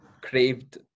craved